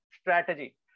strategy